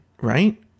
Right